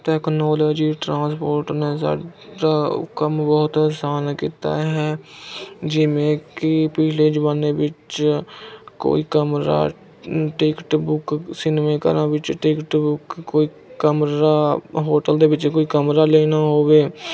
technology transport ਨੇ ਸਾਡਾ ਕੰਮ ਬਹੁਤ ਆਸਾਨ ਕੀਤਾ ਹੈ ਜਿਵੇਂ ਕਿ ਪਿਛਲੇ ਜ਼ਮਾਨੇ ਵਿੱਚ ਕੋਈ ਕਮਰਾ ਟਿਕਟ ਬੁੱਕ ਸਿਨਮੇ ਘਰਾਂ ਵਿੱਚ ਟਿਕਟ ਬੁੱਕ ਕੋਈ ਕਮਰਾ ਹੋਟਲ ਦੇ ਵਿਚ ਕੋਈ ਕਮਰਾ ਲੈਣਾ ਹੋਵੇ